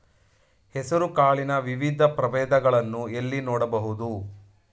ಹೆಸರು ಕಾಳಿನ ವಿವಿಧ ಪ್ರಭೇದಗಳನ್ನು ಎಲ್ಲಿ ನೋಡಬಹುದು?